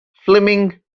fleming